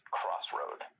crossroad